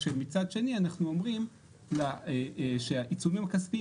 מצד שני אנחנו אומרים שהעיצומים הכספיים